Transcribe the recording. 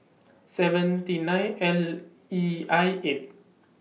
seventy nine L E I eight